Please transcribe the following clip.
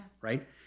right